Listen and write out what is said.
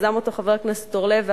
יזם אותו חבר הכנסת אורלב,